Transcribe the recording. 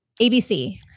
ABC